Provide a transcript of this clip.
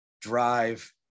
drive